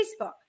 Facebook